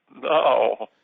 No